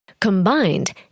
Combined